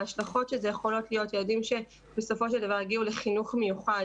ההשלכות של זה יכולות להיות ילדים שבסופו של דבר יגיעו לחינוך מיוחד,